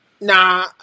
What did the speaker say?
nah